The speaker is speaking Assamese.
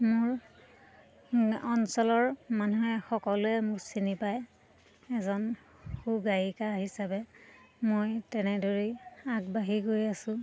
মোৰ অঞ্চলৰ মানুহে সকলোৱে মোক চিনি পায় এজন সু গায়িকা হিচাপে মই তেনেদৰে আগবাঢ়ি গৈ আছোঁ